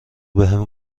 بهم